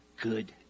good